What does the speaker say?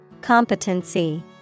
Competency